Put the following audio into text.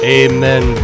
amen